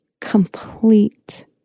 complete